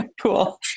cool